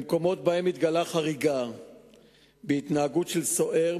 במקומות שבהם התגלתה חריגה בהתנהגות של סוהר,